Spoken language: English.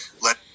Let